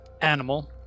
animal